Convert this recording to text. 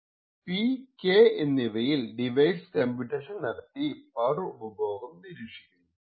PK എന്നിവയിൽ device computation നടത്തി power ഉപഭോഗം നിരീക്ഷിക്കുന്നു